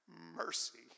mercy